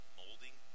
molding